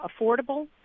affordable